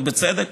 ובצדק,